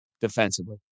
defensively